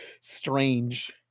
strange